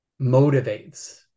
motivates